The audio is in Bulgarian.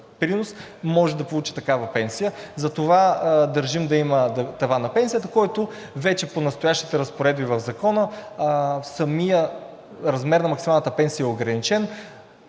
принос, може да получи такава пенсия. Затова държим да има таван на пенсията, който вече по настоящите разпоредби в Закона, самият размер на максималната пенсия е ограничен